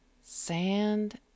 Sand